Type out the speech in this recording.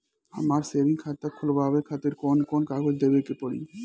हमार सेविंग खाता खोलवावे खातिर कौन कौन कागज देवे के पड़ी?